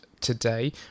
today